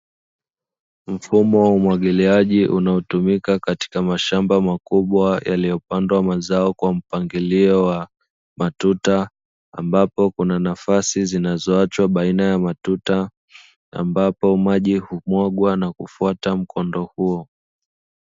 Mfumo wa umwagiliaji unaotumika katika mashamba makubwa yaliyopandwa mazao kwa mpangilio wa matuta, ambapo kuna nafasi zinazoachwa baina ya matuta, ambapo maji humwagwa na kufuata mkondo huo.